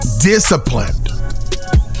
disciplined